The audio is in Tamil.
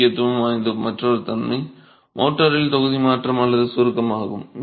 முக்கியத்துவம் வாய்ந்த மற்றொரு தன்மை மோர்டாரில் தொகுதி மாற்றம் அல்லது சுருக்கம் ஆகும்